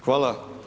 Hvala.